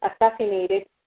assassinated